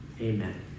amen